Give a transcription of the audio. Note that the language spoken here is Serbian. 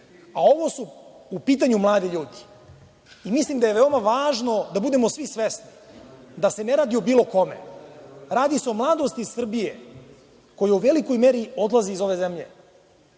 a ovo su u pitanju mladi ljudi. Mislim da je veoma važno da budemo svi svesni da se ne radi o bilo kome, radi se o mladosti Srbije koji u velikoj meri odlazi iz ove zemlje.